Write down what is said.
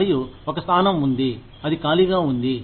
మరియు ఒక స్థానం ఉంది అది ఖాళీగా ఉంది